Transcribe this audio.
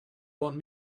want